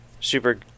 Super